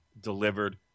delivered